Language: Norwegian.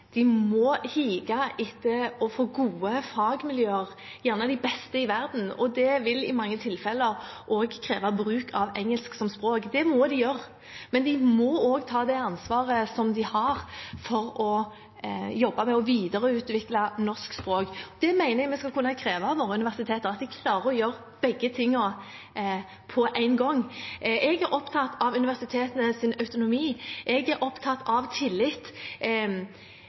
hige etter å få gode fagmiljøer, gjerne de beste i verden. Det vil i mange tilfeller også kreve bruk av engelsk som språk. Det må de gjøre, men de må også ta det ansvaret de har for å jobbe med å videreutvikle norsk språk. Jeg mener vi skal kunne kreve av våre universiteter at de klarer å gjøre begge tingene på én gang. Jeg er opptatt av universitetenes autonomi, jeg er opptatt av tillit.